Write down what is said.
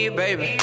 baby